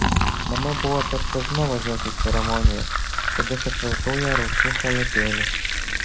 mama buvo per silpna važiuoti į ceremoniją tad aš apvilkau ją rausvu chalatėliu